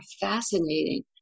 fascinating